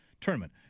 tournament